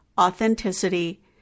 authenticity